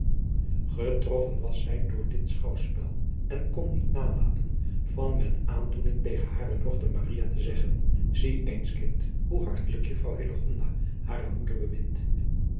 getroffen was zij door dit schouwspel en kon niet nalaten van met aandoening tegen hare dochter maria te zeggen zie eens kind hoe hartelijk juffrouw hillegonda hare moeder bemint